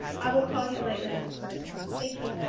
i will call you later with a person, thank you.